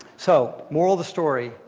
so moral of the story,